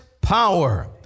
power